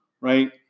Right